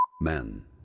Men